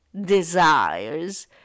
desires